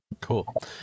Cool